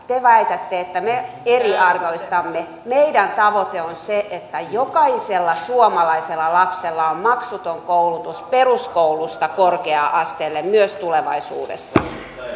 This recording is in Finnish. te väitätte että me eriarvoistamme meidän tavoitteemme on se että jokaisella suomalaisella lapsella on maksuton koulutus peruskoulusta korkea asteelle myös tulevaisuudessa